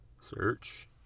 search